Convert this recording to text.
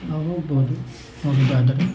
ನಾವು ಹೋಗ್ಬೋದು ಹೋಗೋದಾದರೆ